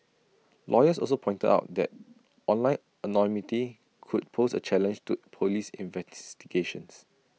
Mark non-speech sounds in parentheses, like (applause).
(noise) lawyers also pointed out that online anonymity could pose A challenge to Police (unintelligible)